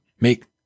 make